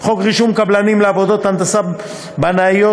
63. חוק רישום קבלנים לעבודות הנדסה בנאיות,